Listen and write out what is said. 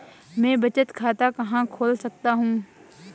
मैं बचत खाता कहाँ खोल सकता हूँ?